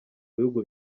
bihugu